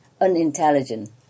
unintelligent